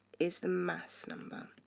is the mass number.